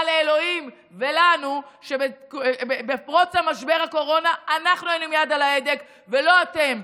לאלוהים ולנו שבפרוץ משבר הקורונה אנחנו היינו עם יד על ההדק ולא אתם.